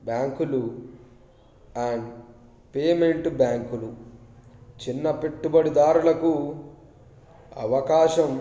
బ్యాంకులు and payment బ్యాంకులు చిన్న పెట్టుబడిదారులకు అవకాశం